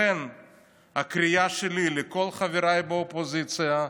לכן הקריאה שלי לכל חבריי באופוזיציה,